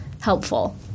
helpful